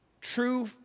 true